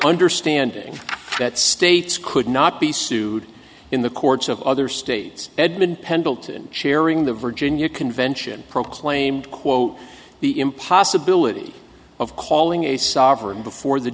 understanding that states could not be sued in the courts of other states edmund pendleton sharing the virginia convention proclaimed quote the in possibility of calling a sovereign before the